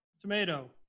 Tomato